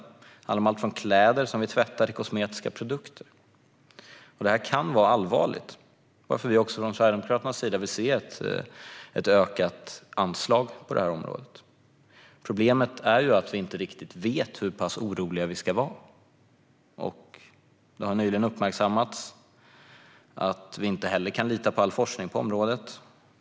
Det handlar om allt från kläder som vi tvättar till kosmetiska produkter. Detta kan vara allvarligt. Därför vill vi från Sverigedemokraternas sida se ett ökat anslag på detta område. Problemet är att vi inte riktigt vet hur pass oroliga vi ska vara. Det har nyligen uppmärksammats att vi inte heller kan lita på all forskning på området.